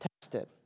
tested